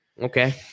Okay